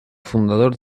fundador